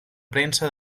premsa